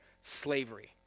Slavery